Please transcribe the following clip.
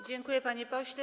Dziękuję, panie pośle.